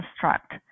construct